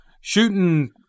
shooting